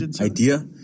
idea